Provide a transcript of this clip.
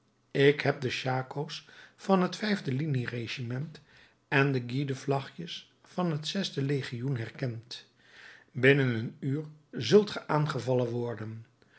ik heb de schako's van het vijfde linieregiment en de guidevlagjes van het zesde legioen herkend binnen een uur zult ge aangevallen worden